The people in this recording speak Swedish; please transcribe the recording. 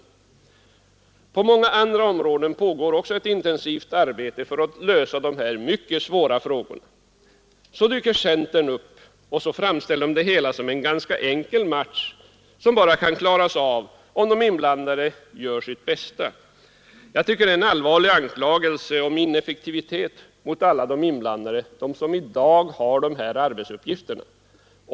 Också på många andra områden pågår ett intensivt arbete för att lösa dessa mycket svåra problem. Så dyker centern upp och framställer det hela som en ganska enkel match, som kan klaras av, bara de inblandade gör sitt bästa. Jag tycker det är en allvarlig anklagelse om ineffektivitet hos alla de inblandade, de som i dag har de här arbetsuppgifterna.